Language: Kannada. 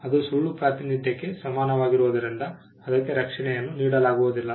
ಅದು ಸುಳ್ಳು ಪ್ರಾತಿನಿಧ್ಯಕ್ಕೆ ಸಮನಾಗಿರುವುದರಿಂದ ಅದಕ್ಕೆ ರಕ್ಷಣೆಯನ್ನು ನೀಡಲಾಗುವುದಿಲ್ಲ